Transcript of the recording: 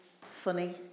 funny